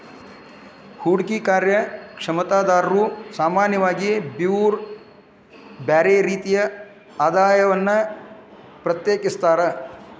ಹೂಡ್ಕಿ ಕಾರ್ಯಕ್ಷಮತಾದಾರ್ರು ಸಾಮಾನ್ಯವಾಗಿ ಬ್ಯರ್ ಬ್ಯಾರೆ ರೇತಿಯ ಆದಾಯವನ್ನ ಪ್ರತ್ಯೇಕಿಸ್ತಾರ್